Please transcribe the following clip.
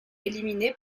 éliminés